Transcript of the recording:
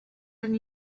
than